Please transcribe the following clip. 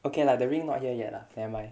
okay lah the ring not here yet nevermind